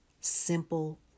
Simple